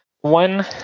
one